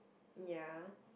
ya